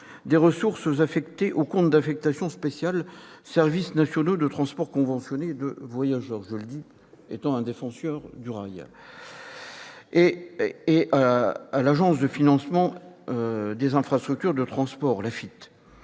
des ressources affectées au compte d'affectation spéciale « Services nationaux de transport conventionnés de voyageurs »- mon propos est celui d'un défenseur du rail -et à l'Agence de financement des infrastructures de transport de